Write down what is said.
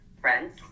friends